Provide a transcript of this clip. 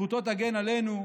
זכותו תגן עלינו,